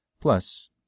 Plus